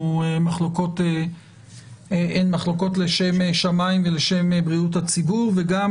מחלוקות לשם שמיים ולשם בריאות הציבור וגם